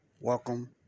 Welcome